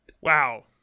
Wow